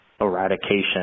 eradication